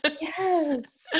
Yes